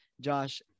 Josh